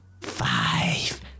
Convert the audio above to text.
five